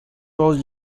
was